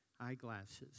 eyeglasses